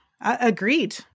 Agreed